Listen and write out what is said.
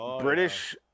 British